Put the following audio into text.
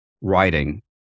writing